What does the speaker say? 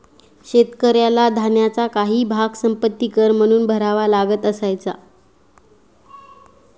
शेतकऱ्याला धान्याचा काही भाग संपत्ति कर म्हणून भरावा लागत असायचा